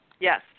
Yes